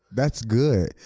that's good.